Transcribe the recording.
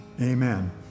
Amen